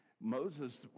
Moses